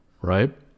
right